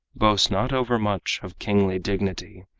boast not overmuch of kingly dignity.